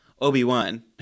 Obi-Wan